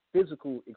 physical